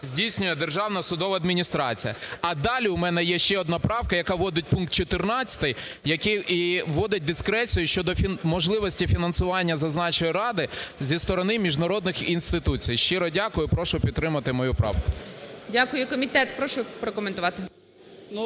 здійснює Державна судова адміністрація". А далі у мене є ще одна правка, яка вводить пункт 14-й, який і вводить дискрецію щодо можливості фінансування зазначеної ради зі сторони міжнародних інституцій. Щиро дякую. Прошу підтримати мою правку. ГОЛОВУЮЧИЙ. Дякую. Комітет, прошу прокоментувати.